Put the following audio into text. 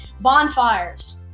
Bonfires